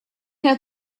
have